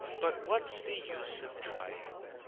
but what's the use of trying?